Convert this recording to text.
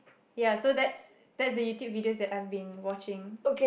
ya so that's that's the YouTube videos I've been watching